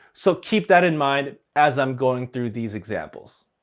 so keep that in mind as i'm going through these examples.